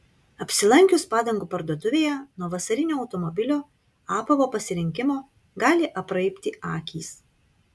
apsilankius padangų parduotuvėje nuo vasarinio automobilio apavo pasirinkimo gali apraibti akys